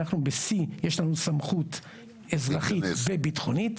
ב-C יש לנו סמכות אזרחית וביטחונית.